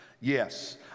Yes